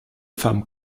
femme